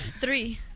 Three